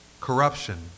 Corruption